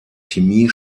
chemie